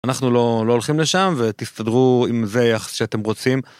אנחנו לא הולכים לשם ותסתדרו עם איזה יחס שאתם רוצים.